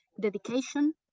dedication